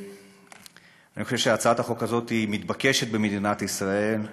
הצעת החוק הזאת מתבקשת במדינת ישראל,